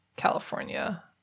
california